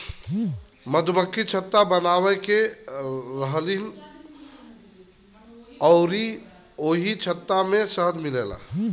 मधुमक्खि छत्ता बनाके रहेलीन अउरी ओही छत्ता से शहद मिलेला